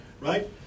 Right